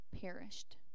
perished